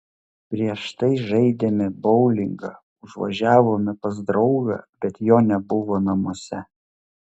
prieš tai žaidėme boulingą užvažiavome pas draugą bet jo nebuvo namuose